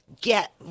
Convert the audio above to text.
get